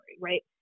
right